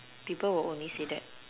people will only say that